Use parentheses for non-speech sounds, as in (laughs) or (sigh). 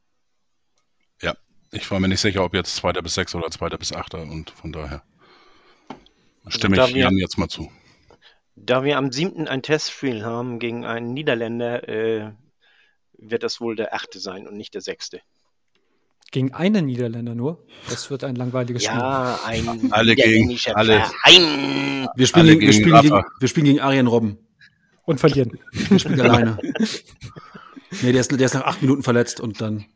Ja, ich war mir nicht sicher, ob jetzt Zweiter bis Sechster oder Zweiter bis Achter und von daher stimme Also, da ich wir- Jan jetzt mal zu. Da wir am siebten ein Testspiel haben gegen einen Niederländer, äh, wird das wohl der Achte sein und nicht der Sechste. Gegen einen Niederländer nur? Das wird ein langweiliges Spiel. Ja, ein Alle gegen- niederländischer alle- Verein. Wir spielen alle gegen- wir gegen spielen gegen- Rafa. wir spielen gegen Arjen Robben. Und verlieren. Wir spielen alleine. (laughs) Nee, der ist- der ist nach acht Minuten verletzt und dann-